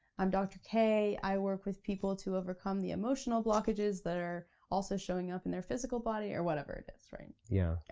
i'm dr. k. i work with people to overcome the emotional blockages that are also showing up in their physical body, or whatever it is, right yeah.